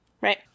Right